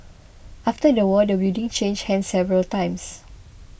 after the war the building changed hands several times